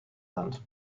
sand